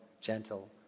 gentle